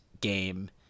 game